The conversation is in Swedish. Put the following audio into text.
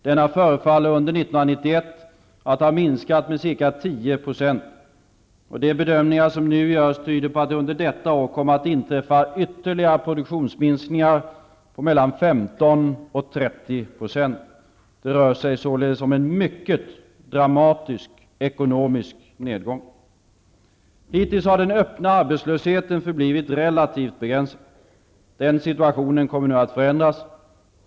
Denna förefaller under 1991 att ha minskat med ca 10 %, och de bedömningar som nu görs tyder på att det under detta år kommer att inträffa ytterligare produktionsminskningar på mellan 15 och 30 %. Det rör sig således om en mycket dramatisk ekonomisk nedgång. Hitintills har den öppna arbetslösheten förblivit relativt begränsad. Den situationen kommer nu att förändras.